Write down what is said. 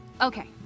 Okay